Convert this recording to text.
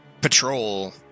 patrol